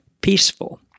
Peaceful